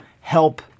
help